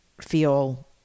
feel